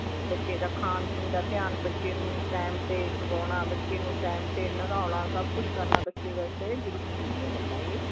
ਤੇ ਬੱਚੇ ਦਾ ਖਾਣ ਪੀਣ ਦਾ ਧਿਆਨ ਬੱਚੇ ਨੂੰ ਟਾਈਮ 'ਤੇ ਸੁਲਾਉਣਾ ਬੱਚੇ ਨੂੰ ਟਾਈਮ 'ਤੇ ਨਲਾਉਣਾ ਸਭ ਕੁਛ ਕਰਨਾ ਬੱਚੇ ਵਾਸਤੇ ਜ਼ਰੂਰੀ ਹੁੰਦੀਆਂ ਗੱਲਾਂ ਨੂੰ ਇਹ